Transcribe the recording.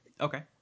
Okay